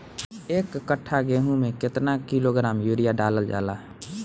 एक कट्टा गोहूँ में केतना किलोग्राम यूरिया डालल जाला?